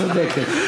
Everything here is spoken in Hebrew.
צודקת.